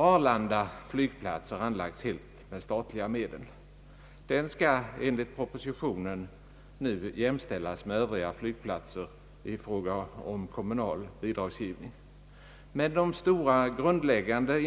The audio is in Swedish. Arlanda flygplats har anlagts helt med statliga medel. Den skall enligt propositionen nu jämställas med övriga flygplatser i fråga om kommunal bidragsgivning. Men de stora grundläggande